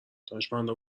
دانشمندا